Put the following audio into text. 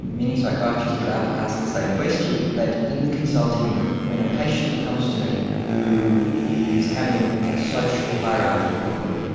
many psychiatrists would ah ask the same question, but in the consulting room when a patient comes to me who is having a social hierarchy problem.